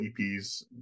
EPs